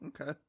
okay